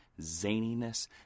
zaniness